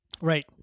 Right